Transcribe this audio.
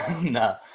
No